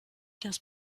das